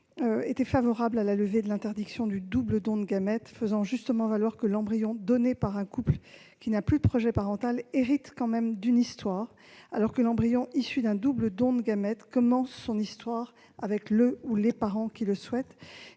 été favorables à la levée de l'interdiction du double don de gamètes ; elles faisaient justement valoir que l'embryon donné par un couple qui n'a plus de projet parental hérite tout de même d'une histoire, alors que l'embryon issu d'un double don de gamètes commence son histoire avec le ou les parents qui souhaitent